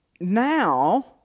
Now